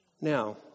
Now